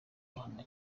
bahanwa